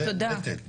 זה נטל.